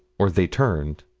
or they turned.